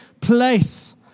place